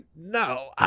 No